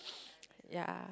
yeah